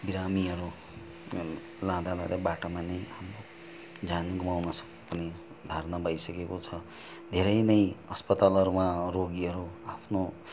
बिरामीहरू अबो लाँदा लाँदै बाटामा नै ज्यान गुमाउनु सक्ने पनि धारणा भइसकेको छ धेरै नै अस्पतालहरूमा अरू रोगीहरू आफ्नो